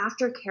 aftercare